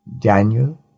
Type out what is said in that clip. Daniel